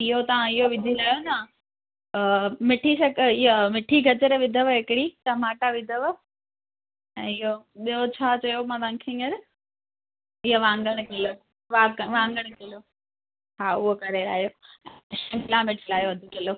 इहो तव्हां इहो विझी लायो न मिठी शक हीअ मिठी गजर विधव हिकिड़ी टमाटा विधव ऐं इहो ॿियो छा चयो मां तव्हांखे हींअर हीअं वाङण किलो वाग वाङण किलो हा उहो करे लायो शिमिला मिर्चु लायो अधु किलो